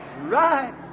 right